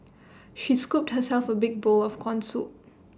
she scooped herself A big bowl of Corn Soup